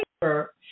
paper